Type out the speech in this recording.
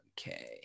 Okay